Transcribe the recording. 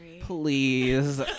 Please